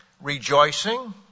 rejoicing